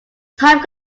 time